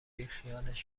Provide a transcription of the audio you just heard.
بیخیالش